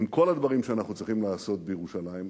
עם כל הדברים שאנחנו צריכים לעשות בירושלים,